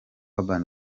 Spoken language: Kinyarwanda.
urban